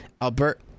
Albert